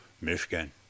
Michigan